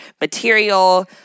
material